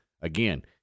again